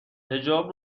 حجاب